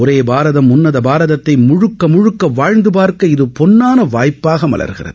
ஒரே பாரதம் உன்னத பாரதத்தை முழுக்கமுழுக்க வாழ்த்து பார்க்க இது பொன்னான வாய்ப்பாக மலர்கிறது